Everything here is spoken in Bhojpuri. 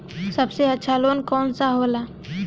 सबसे अच्छा लोन कौन सा होला?